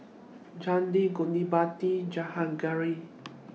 Chandi Gottipati and Jahangir